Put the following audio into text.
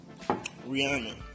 Rihanna